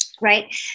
Right